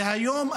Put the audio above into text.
והיום,